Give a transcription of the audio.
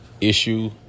issue